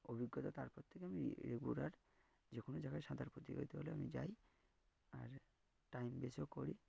অভিজ্ঞতা তারপর থেকে আমি রেগুলার যে কোনো জায়গায় সাঁতার প্রতিযোগিতা হলে আমি যাই আর টাইম বেছেও করি